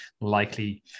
likely